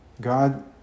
God